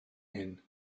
hyn